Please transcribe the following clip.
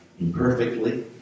imperfectly